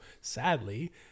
sadly